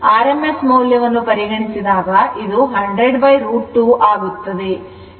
rms ಮೌಲ್ಯವನ್ನು ಪರಿಗಣಿಸಿದಾಗ ಇದು 100√ 2 ಆಗುತ್ತದೆ